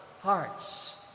hearts